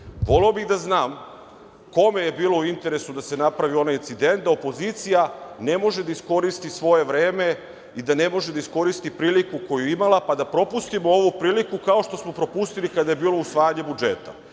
bih da znam kome je bilo u interesu da se napravi onaj incident, da opozicija ne može da iskoristi svoje vreme i da ne može da iskoristi priliku koju je imala, pa da propustimo ovu priliku, kao što smo propustili kada je bilo usvajanje budžeta?